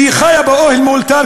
ואני חיה באוהל מאולתר,